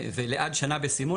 ולסימון הוא מגביל עד שנה.